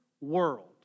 world